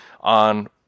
on